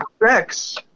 Sex